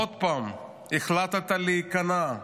עוד פעם החלטת להיכנע,